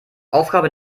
aufgabe